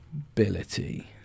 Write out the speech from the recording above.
ability